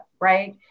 Right